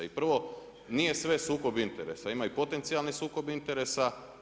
I prvo, nije sve sukob interesa, ima i potencijalni sukob interesa.